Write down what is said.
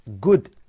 good